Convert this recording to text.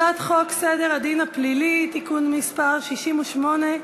הצעת חוק סדר הדין הפלילי (תיקון מס' 68),